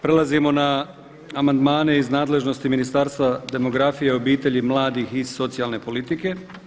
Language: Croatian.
Prelazimo na amandmane iz nadležnosti Ministarstva demografije, obitelji, mladih i socijalne politike.